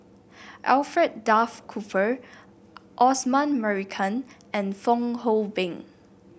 Alfred Duff Cooper Osman Merican and Fong Hoe Beng